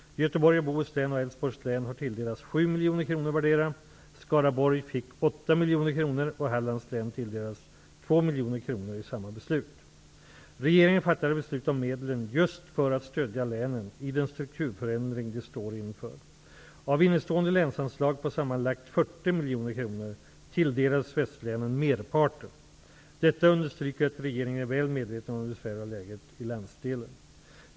Göteborgs och miljoner kronor i samma beslut. Regeringen fattade beslut om medlen just för att stödja länen i den strukturförändring de står inför. Av innestående länsanslag på sammanlagt 40 miljoner kronor, tilldelades västlänen merparten. Detta understryker att regeringen är väl medveten om det besvärliga läget i landsdelen.